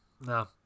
no